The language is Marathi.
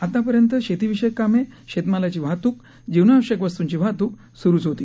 आतापर्यंत शेतीविषयक कामे शेतमालाची वाहतूक जीवनावश्यक वस्तूंची वाहतूक स्रुच होती